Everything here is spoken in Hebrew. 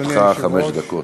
לרשותך חמש דקות.